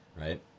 right